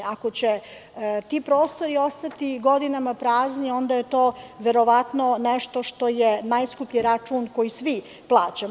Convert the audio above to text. Ako će ti prostori ostati godinama prazni, onda je to nešto što je najskuplji račun koji svi plaćamo.